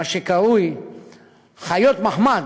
מה שקרוי חיות מחמד,